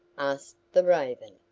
asked the raven.